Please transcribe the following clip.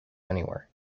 anywhere